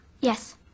Yes